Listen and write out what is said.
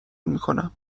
میکنم